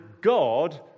God